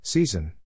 Season